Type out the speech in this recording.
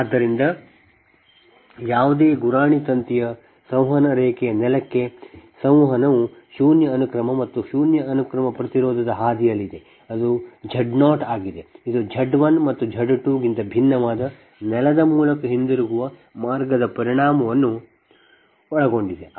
ಆದ್ದರಿಂದ ಯಾವುದೇ ಗುರಾಣಿ ತಂತಿಯ ಸಂವಹನ ರೇಖೆಯ ನೆಲಕ್ಕೆ ಸಂವಹನವು ಶೂನ್ಯ ಅನುಕ್ರಮ ಮತ್ತು ಶೂನ್ಯ ಅನುಕ್ರಮ ಪ್ರತಿರೋಧದ ಹಾದಿಯಲ್ಲಿದೆ ಅದು Z 0 ಆಗಿದೆ ಇದು Z 1 ಮತ್ತು Z 2 ಗಿಂತ ಭಿನ್ನವಾದ ನೆಲದ ಮೂಲಕ ಹಿಂದಿರುಗುವ ಮಾರ್ಗದ ಪರಿಣಾಮವನ್ನು ಒಳಗೊಂಡಿದೆ